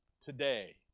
today